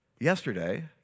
yesterday